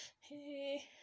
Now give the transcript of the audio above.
Hey